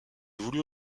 voulut